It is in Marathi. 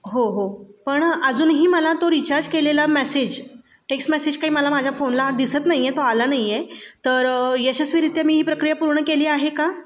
हो हो पण अजूनही मला तो रिचार्ज केलेला मेसेज टेक्स्ट मेसेज काही मला माझ्या फोनला दिसत नाही आहे तो आला नाही आहे तर यशस्वीरित्या मी ही प्रक्रिया पूर्ण केली आहे का